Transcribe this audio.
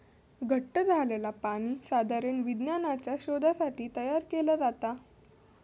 घट्ट झालंला पाणी साधारण विज्ञानाच्या शोधासाठी तयार केला जाता